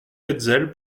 hetzel